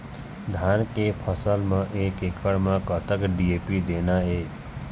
धान के फसल म एक एकड़ म कतक डी.ए.पी देना ये?